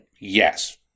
Yes